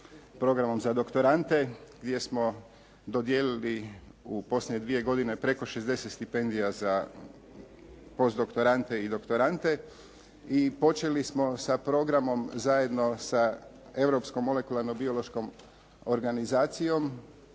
programom za doktorante gdje smo dodijelili u posljednje dvije godine preko 60 stipendija za postdoktorante i doktorante i počeli smo sa programom zajedno sa europskom molekularnom biološkom organizacijom,